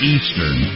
Eastern